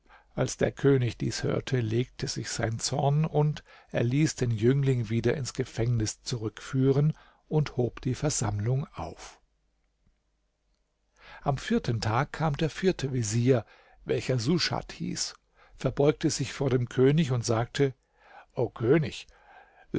als der könig dies hörte legte sich sein zorn er ließ den jüngling wieder ins gefängnis zurückführen und hob die versammlung auf am vierten tag kam der vierte vezier welcher suschad hieß verbeugte sich vor dem könig und sagte o könig